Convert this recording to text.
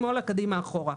שמאלה,